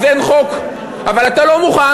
אז אין חוק, אבל אתה לא מוכן.